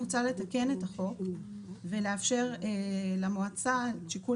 מוצע לתקן את החוק ולאפשר למועצה את שיקול